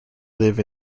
live